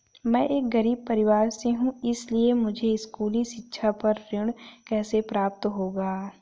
मैं एक गरीब परिवार से हूं इसलिए मुझे स्कूली शिक्षा पर ऋण कैसे प्राप्त होगा?